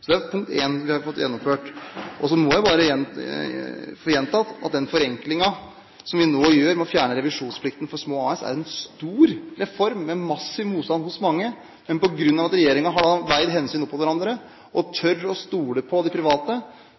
Så må jeg bare få gjenta at den forenklingen som vi nå gjør ved å fjerne revisjonsplikten for små AS, er en stor reform, med massiv motstand hos mange. Men på grunn av at regjeringen har veid hensyn opp mot hverandre og tør å stole på de private,